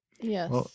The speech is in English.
Yes